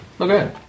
Okay